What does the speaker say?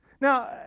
Now